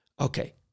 okay